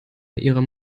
ihrer